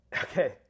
Okay